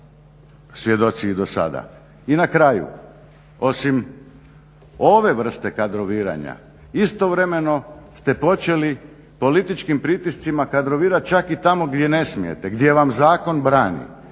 I na kraju, osim ove vrste kadroviranja istovremeno ste počeli političkim pritiscima kadrovirat čak i tamo gdje ne smijete, gdje vam zakon brani